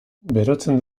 berotzen